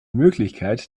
möglichkeit